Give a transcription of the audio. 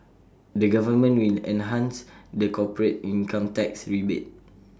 the government will enhance the corporate income tax rebate